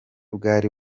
bwari